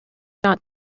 not